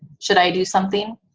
should i do something?